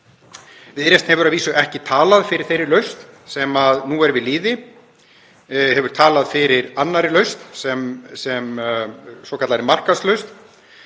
Viðreisn hefur að vísu ekki talað fyrir þeirri lausn sem nú er við lýði, hefur talað fyrir annarri lausn sem svokallaðri markaðslausn